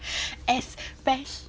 espec~